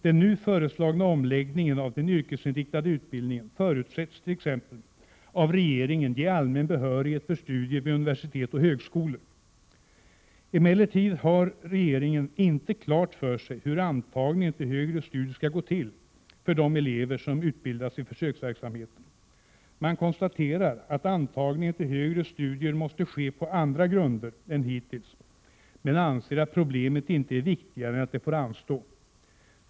Den nu föreslagna omläggningen av den yrkesinriktade utbildningen förutsätts av regeringen ge allmän behörighet för studier vid universitet och högskolor. Emellertid har regeringen inte klart för sig hur antagningen till högre studier skall gå till för de elever som utbildas i försöksverksamheten. Man konstaterar att antagningen till högre studier måste ske på andra grunder än hittills men anser att problemet inte är viktigare än att det får anstå.